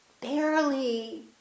barely